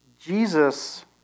Jesus